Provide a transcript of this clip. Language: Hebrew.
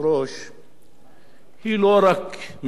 היא לא רק מפני מלחמה מדומה,